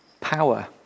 power